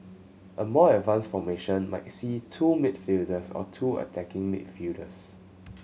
a more advanced formation might see two midfielders or two attacking midfielders